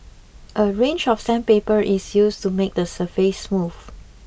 a range of sandpaper is used to make the surface smooth